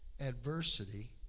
adversity